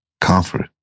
comfort